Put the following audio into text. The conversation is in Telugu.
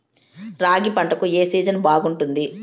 రాగి పంటకు, ఏ సీజన్ బాగుంటుంది?